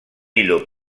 îlot